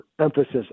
emphasis